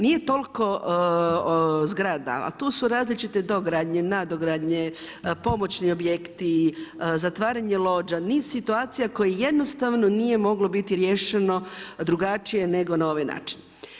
Nije toliko zgrada ali tu su različite dogradnje, nadogradnje, pomoćni objekti, zatvaranje lođa, niz situacija koje jednostavno nije moglo biti riješeno drugačije nego na ovaj način.